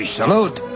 salute